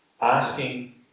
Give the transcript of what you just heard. asking